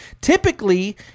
typically